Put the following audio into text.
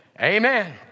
Amen